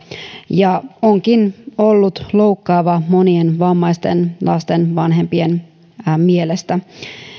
ja se onkin ollut loukkaava monien vammaisten lasten vanhempien mielestä